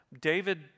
David